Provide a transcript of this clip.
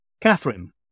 Catherine